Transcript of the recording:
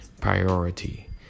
priority